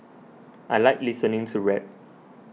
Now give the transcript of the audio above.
I like listening to rap